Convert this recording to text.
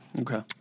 Okay